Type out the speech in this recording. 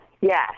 yes